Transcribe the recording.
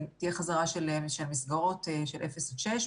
תהיה חזרה של המסגרות של אפס עד שש.